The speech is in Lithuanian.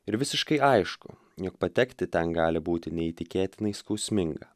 ir visiškai aišku jog patekti ten gali būti neįtikėtinai skausminga